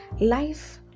Life